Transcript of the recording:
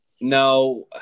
No